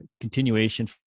continuation